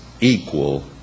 equal